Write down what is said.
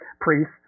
priests